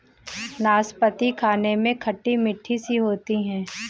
नाशपती खाने में खट्टी मिट्ठी सी होती है